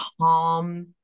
calm